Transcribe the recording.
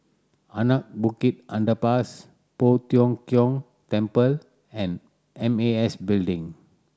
Anak Bukit Underpass Poh Tiong Kiong Temple and M A S Building